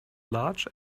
large